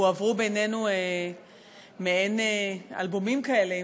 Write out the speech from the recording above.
הועברו בינינו מעין אלבומים כאלה,